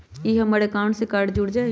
ई हमर अकाउंट से कार्ड जुर जाई?